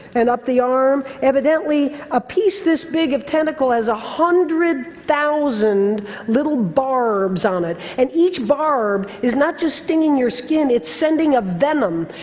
and up the arm? evidently a piece this big of tentacle has a one hundred thousand little barbs on it. and each barb is not just stinging your skin, it's sending a venom.